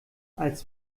als